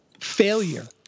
failure